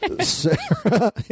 Sarah